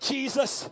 Jesus